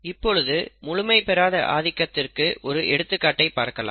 இப்பொழுது முழுமை பெறாத ஆதிக்கத்திற்கு ஒரு எடுத்துக்காட்டை பார்க்கலாம்